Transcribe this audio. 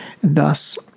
thus